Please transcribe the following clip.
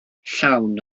llawn